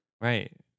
Right